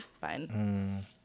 fine